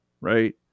Right